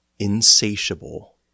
insatiable